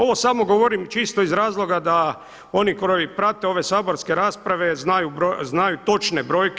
Ovo samo govorim čisto iz razloga da oni koji prate ove saborske rasprave znaju točne brojke.